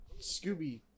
Scooby